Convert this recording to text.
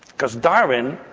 because darwin,